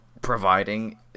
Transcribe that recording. providing